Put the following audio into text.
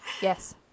Yes